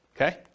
okay